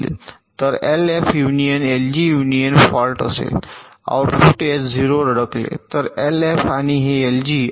तर हे LF union LG union fault असेल आउटपुट एच 0 वर अडकले हे एलएफ आहे आणि हे एलजी आहे